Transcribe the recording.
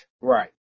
Right